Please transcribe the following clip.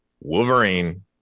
wolverine